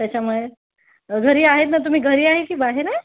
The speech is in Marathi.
त्याच्यामुळे घरी आहेत ना तुम्ही घरी आहे की बाहेर आहे